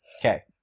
Okay